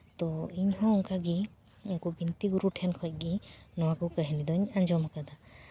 ᱛᱳ ᱤᱧᱦᱚᱸ ᱚᱱᱠᱟᱜᱮ ᱱᱩᱠᱩ ᱵᱤᱱᱛᱤ ᱜᱩᱨᱩ ᱴᱷᱮᱱ ᱠᱷᱚᱡ ᱜᱮ ᱱᱚᱣᱟ ᱠᱚ ᱠᱟᱹᱦᱱᱤ ᱫᱚᱧ ᱟᱸᱡᱚᱢ ᱟᱠᱟᱫᱟ